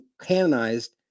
canonized